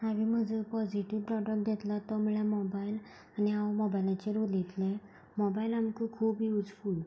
हांवें म्हजो positive product घेतला तो म्हळ्ळ्या मोबायल आनी हांव मोबायलाचेर उलयतलें मोबायल आमकां खूब युजफूल